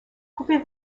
pouvez